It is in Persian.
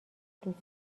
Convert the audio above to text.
دوست